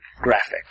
graphic